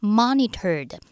monitored